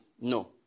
No